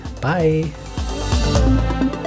Bye